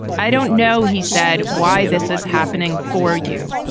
i don't know he said. why this is happening for you.